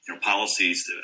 policies